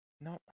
No